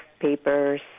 papers